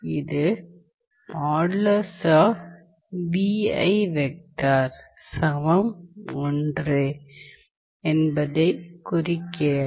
இது என்பதை குறிக்கிறது